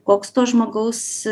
koks to žmogaus